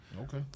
Okay